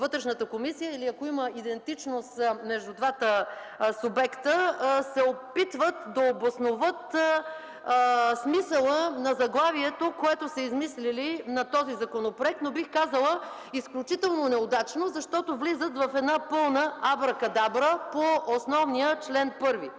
Вътрешната комисия или ако има идентичност между двата субекта, се опитват да обосноват смисъла на заглавието на този законопроект, което са измислили, но бих казала изключително неудачно. Защото влизат в една пълна абракадабра по основния чл.